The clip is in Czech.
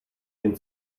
jen